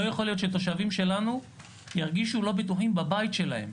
לא יכול להיות שהתושבים שלנו ירגישו לא בטוחים בבית שלהם.